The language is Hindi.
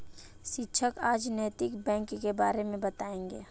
शिक्षक आज नैतिक बैंक के बारे मे बताएँगे